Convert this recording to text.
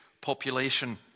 population